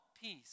peace